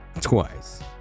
Twice